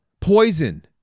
poison